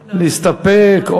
להסתפק?